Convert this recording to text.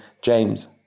James